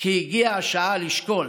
כי הגיעה השעה לשקול